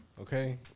Okay